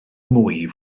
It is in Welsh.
mwy